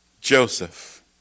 Joseph